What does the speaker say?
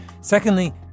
Secondly